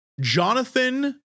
Jonathan